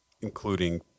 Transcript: including